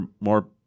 more